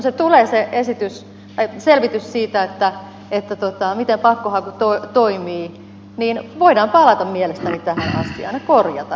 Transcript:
kun tulee se selvitys siitä miten pakkohaku toimii niin voidaan palata mielestäni tähän asiaan ja korjata vahinko